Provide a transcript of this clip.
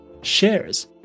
shares